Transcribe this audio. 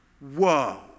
Whoa